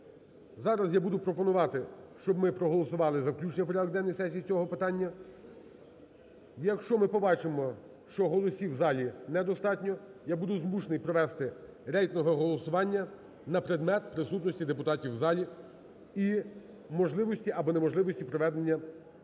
Зараз я буду пропонувати, щоб ми проголосували за включення в порядок денний сесії цього питання. Якщо ми побачимо, що голосів в залі не достатньо, я буду змушений провести рейтингове голосування на предмет присутності депутатів в залі і можливості або неможливості проведення нашого засідання